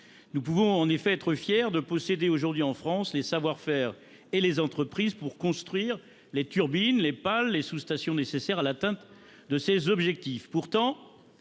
Nous pouvons être fiers de posséder aujourd’hui en France les savoir faire et les entreprises susceptibles de construire les turbines, les pales et les sous stations nécessaires à l’atteinte des objectifs